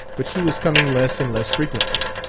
but she was coming less and less frequently,